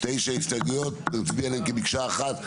תשע הסתייגויות נצביע עליהם כמקשה אחת.